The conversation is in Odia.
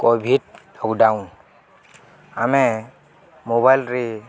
କୋଭିଡ଼୍ ଲକଡ଼ାଉନ୍ ଆମେ ମୋବାଇଲ୍ରେ